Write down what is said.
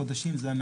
וזה קודש הקודשים,